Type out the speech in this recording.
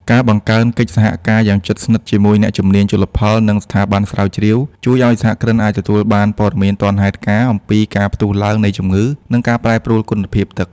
ការបង្កើនកិច្ចសហការយ៉ាងជិតស្និទ្ធជាមួយអ្នកជំនាញជលផល និងស្ថាប័នស្រាវជ្រាវ ជួយឱ្យសហគ្រិនអាចទទួលបានព័ត៌មានទាន់ហេតុការណ៍អំពីការផ្ទុះឡើងនៃជំងឺ ឬការប្រែប្រួលគុណភាពទឹក។